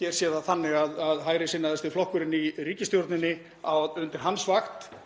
hér sé það þannig að á vakt hægrisinnaðasta flokksins í ríkisstjórninni sé verið að